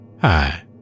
Hi